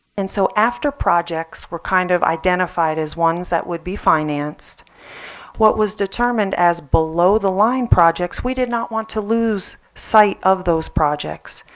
and so after projects were kind of identified as ones that would be financed what was determined as below the line projects, we did not want to lose sight of those projects.